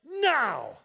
now